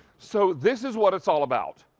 so this is what it's all about.